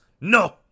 no